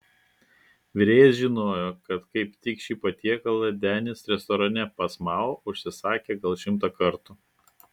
virėjas žinojo kad kaip tik šį patiekalą denis restorane pas mao užsisakė gal šimtą kartų